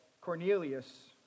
Cornelius